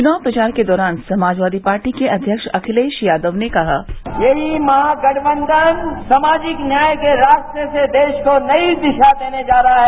च्नाव प्रचार के दौरान समाजवादी पार्टी के अध्यक्ष अखिलेश यादव ने कहा यही महागठबंधन समाजिक न्याय के रास्ते से देश को नई दिशा देने जा रहा है